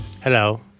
Hello